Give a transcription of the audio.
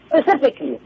specifically